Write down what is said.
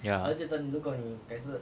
yeah